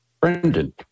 Brendan